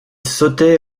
sautait